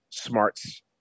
smarts